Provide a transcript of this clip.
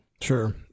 Sure